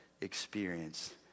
experience